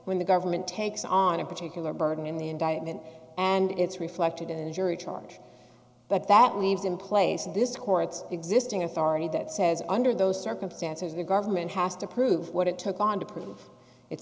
when the government takes on a particular burden in the indictment and it's reflected in a jury charge but that leaves in place in this court's existing authority that says under those circumstances the government has to prove what it took on to prove it